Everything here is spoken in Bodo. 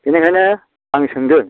बिनिखायनो आं सोंदों